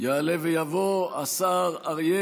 יעלה ויבוא השר אריה